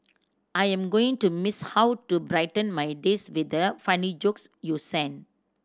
I am going to miss how you brighten my days with the funny jokes you sent